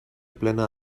plena